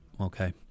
Okay